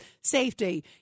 safety